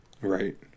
right